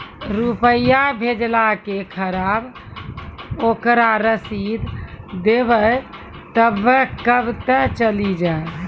रुपिया भेजाला के खराब ओकरा रसीद देबे तबे कब ते चली जा?